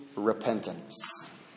repentance